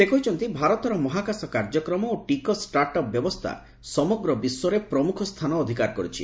ସେ କହିଛନ୍ତି ଭାରତର ମହାକାଶ କାର୍ଯ୍ୟକ୍ରମ ଓ ଟିକସ ଷ୍ଟାର୍ଟ୍ ଅପ୍ ବ୍ୟବସ୍ଥା ସମଗ୍ର ବିଶ୍ୱରେ ପ୍ରମୁଖ ସ୍ଥାନ ଅଧିକାର କରିଛି